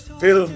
film